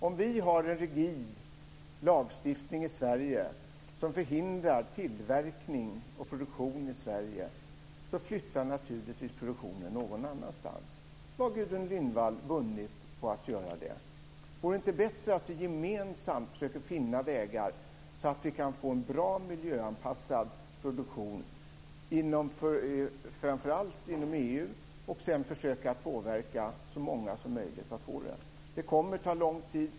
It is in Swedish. Om vi har en rigid lagstiftning i Sverige som förhindrar tillverkning och produktion i Sverige flyttar naturligtvis produktionen någon annanstans. Vad har Gudrun Lindvall vunnit på att göra det? Vore det inte bättre om vi gemensamt försöker finna vägar så att vi kan få en bra miljöanpassad produktion framför allt inom EU? Sedan får vi försöka påverka så många som möjligt att införa detta. Det kommer att ta lång tid.